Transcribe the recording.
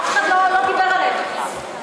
אף אחד לא דיבר עליהם בכלל,